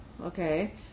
okay